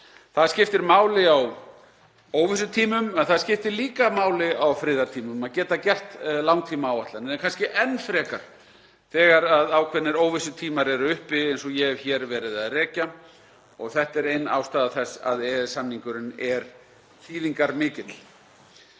Það skiptir máli á óvissutímum en það skiptir líka máli á friðartímum að geta gert langtímaáætlanir en kannski enn frekar þegar ákveðnir óvissutímar eru uppi, eins og ég hef hér verið að rekja. Þetta er ein ástæða þess að EES-samningurinn er þýðingarmikill.